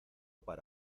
para